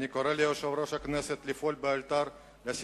אני קורא ליושב-ראש הכנסת לפעול לאלתר ולשים